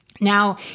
Now